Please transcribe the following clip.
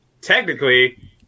technically